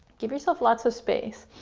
give yourself lots of space.